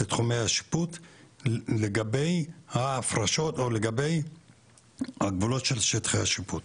לתחומי השיפוט לגבי ההפרשות או לגבי הגבולות של שטחי השיפוט?